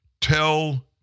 Tell